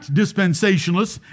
dispensationalists